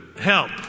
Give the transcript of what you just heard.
help